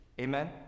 amen